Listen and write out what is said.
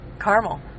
Caramel